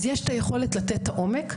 אז יש את היכולת לתת את העומק.